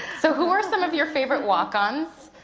so who are some of your favorite walk-ons?